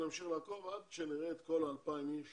נמשיך לעקוב עד שנראה את כל ה-2,000 איש